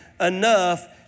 enough